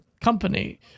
company